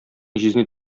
җизни